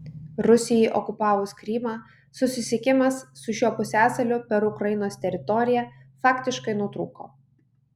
rusijai okupavus krymą susisiekimas su šiuo pusiasaliu per ukrainos teritoriją faktiškai nutrūko